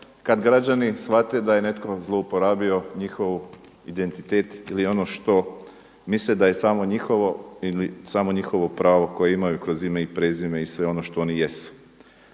kad građani shvate da je netko zlouporabio njihov identitet ili ono što misle da je samo njihovo ili samo njihovo pravo koje imaj kroz ime i prezime i sve ono što oni jesu.